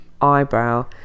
eyebrow